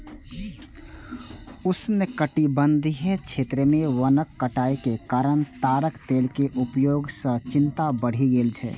उष्णकटिबंधीय क्षेत्र मे वनक कटाइ के कारण ताड़क तेल के उपयोग सं चिंता बढ़ि गेल छै